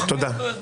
יואב, תודה.